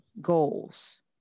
goals